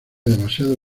demasiado